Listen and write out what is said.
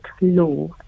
law